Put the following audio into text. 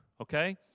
okay